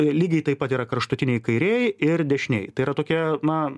lygiai taip pat yra kraštutiniai kairieji ir dešinieji tai yra tokia na